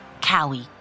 Cowie